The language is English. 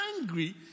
angry